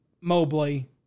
Mobley